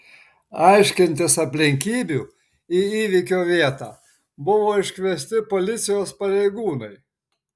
aiškintis aplinkybių į įvykio vietą buvo iškviesti policijos pareigūnai